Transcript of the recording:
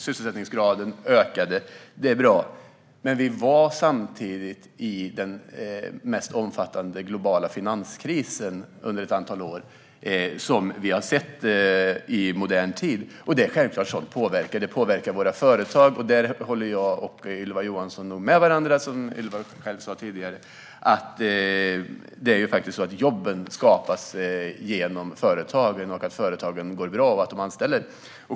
Sysselsättningsgraden ökade, vilket är bra, samtidigt som vi under ett antal år var i den mest omfattande globala finanskris som vi har sett i modern tid. Det är självklart att sådant påverkar. Det påverkar våra företag. På den här punkten är nog jag och Ylva Johansson överens. Som Ylva själv sa tidigare är det ju så att jobben skapas genom att företagen går bra och att de anställer.